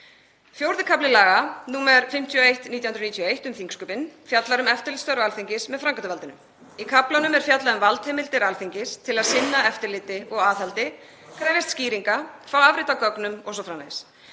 IV. kafli laga nr. 51/1991, um þingsköpin, fjallar um eftirlitsstörf Alþingis með framkvæmdarvaldinu. Í kaflanum er fjallað um valdheimildir Alþingis til að sinna eftirliti og aðhaldi, krefjast skýringa, fá afrit af gögnum o.s.frv.